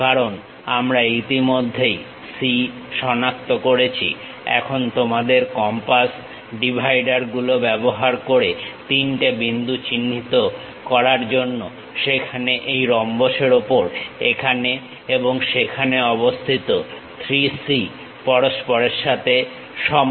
কারণ আমরা ইতিমধ্যেই C শনাক্ত করেছি এখন তোমাদের কম্পাস ডিভাইডারগুলো ব্যবহার করোতিনটে বিন্দু চিহ্নিত করার জন্য যেখানে এই রম্বসের ওপর এখানে এবং সেখানে অবস্থিত 3C পরস্পরের সাথে সমান